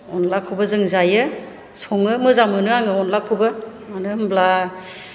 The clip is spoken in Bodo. अनलाखौबो जों जायो सङो मोजां मोनो आङो अनलाखौबो मानो होनब्ला